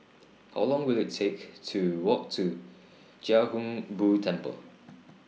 How Long Will IT Take to Walk to Chia Hung Boo Temple